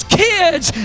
kids